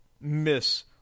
miss